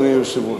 אדוני היושב-ראש.